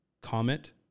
comment